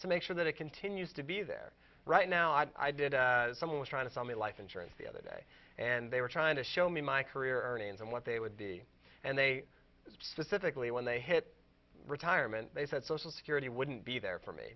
to make sure that it continues to be there right now i did someone was trying to sell me life insurance the other day and they were trying to show me my career earnings and what they would be and they specifically when they hit retirement they said social security wouldn't be there for me